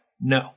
No